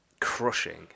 crushing